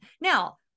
Now